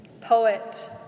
poet